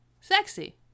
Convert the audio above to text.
sexy